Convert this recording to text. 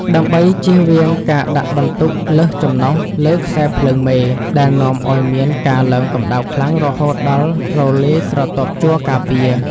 ដើម្បីចៀសវាងការដាក់បន្ទុកលើសចំណុះលើខ្សែភ្លើងមេ ដែលនាំឱ្យមានការឡើងកម្ដៅខ្លាំងរហូតដល់រលាយស្រទាប់ជ័រការពារ។